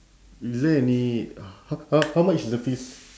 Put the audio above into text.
is there any h~ how much is the fees